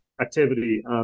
activity